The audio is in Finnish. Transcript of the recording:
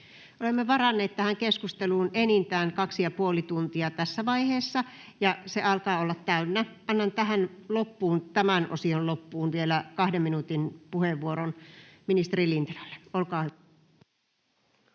Olemme varanneet tähän keskusteluun enintään 2,5 tuntia tässä vaiheessa, ja se alkaa olla täynnä. Annan tämän osion loppuun vielä 2 minuutin puheenvuoron ministeri Lintilälle. — Olkaa hyvä.